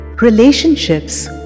Relationships